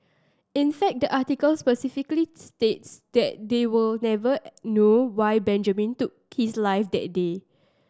in fact the article specifically states that they will never know why Benjamin took his life that day